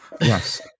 yes